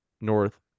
North